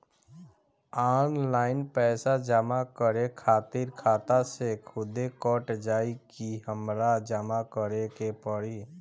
Online पैसा जमा करे खातिर खाता से खुदे कट जाई कि हमरा जमा करें के पड़ी?